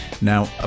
Now